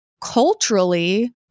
culturally